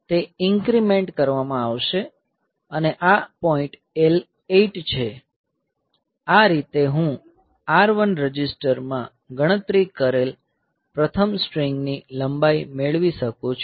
તે ઇન્ક્રીમેંટ કરવામાં આવશે અને આ પોઈન્ટ L8 છે આ રીતે હું R1 રજિસ્ટરમાં ગણતરી કરેલ પ્રથમ સ્ટ્રિંગની લંબાઈ મેળવી શકું છું